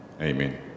amen